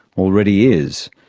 already is,